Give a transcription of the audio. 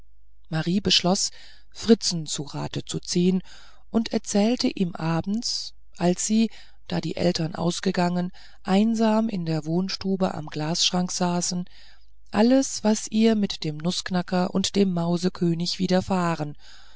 marie beschloß fritzen zu rate zu ziehen und erzählte ihm abends als sie da die eltern ausgegangen einsam in der wohnstube am glasschrank saßen alles was ihr mit dem nußknacker und dem mausekönig widerfahren